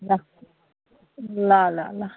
ल ल ल ल